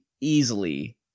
easily